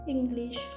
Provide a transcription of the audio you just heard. English